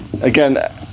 again